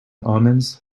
omens